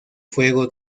fuego